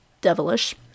devilish